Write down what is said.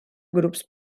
grups